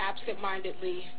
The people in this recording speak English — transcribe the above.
absentmindedly